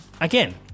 again